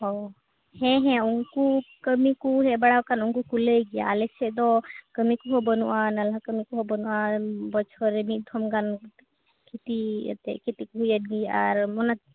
ᱦᱮᱸ ᱦᱮᱸ ᱩᱱᱠᱩ ᱠᱟᱹᱢᱤ ᱠᱚ ᱦᱮᱡ ᱵᱟᱲᱟ ᱟᱠᱟᱱ ᱩᱱᱠᱩ ᱠᱚ ᱞᱟᱹᱭ ᱜᱮᱭᱟ ᱟᱞᱮ ᱥᱮᱡ ᱫᱚ ᱠᱟᱹᱢᱤ ᱠᱚᱦᱚᱸ ᱵᱟᱹᱱᱩᱜᱼᱟ ᱱᱟᱞᱦᱟ ᱠᱟᱹᱢᱤ ᱠᱚᱦᱚᱸ ᱵᱟᱹᱱᱩᱜᱼᱟ ᱵᱚᱪᱷᱚᱨ ᱨᱮ ᱢᱤᱫ ᱫᱷᱚᱢ ᱜᱟᱱ ᱠᱷᱤᱛᱤ ᱮᱱᱛᱮᱫ ᱠᱷᱤᱛᱤ ᱠᱚ ᱦᱩᱭᱮᱱ ᱜᱮᱭᱟ ᱟᱨ